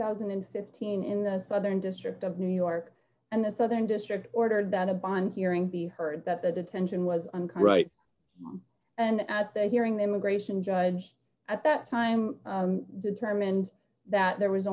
thousand and fifteen in the southern district of new york and the southern district ordered on a bond hearing be heard that the detention was unclear right and at the hearing the immigration judge at that time determined that there was